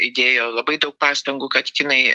įdėjo labai daug pastangų kad kinai